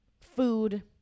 food